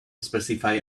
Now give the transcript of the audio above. specifically